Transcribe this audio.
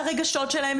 הרגשות שלהם,